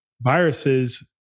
Viruses